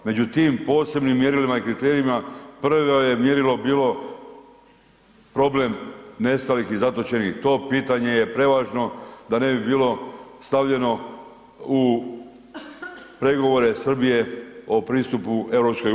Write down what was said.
Među tim posebnim mjerilima i kriterijima prvo je mjerilo bilo problem nestalih i zatočenih, to pitanje je prevažno da ne bi bilo stavljeno u pregovore Srbije o pristupu EU.